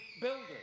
builders